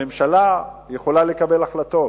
הממשלה יכולה לקבל החלטות.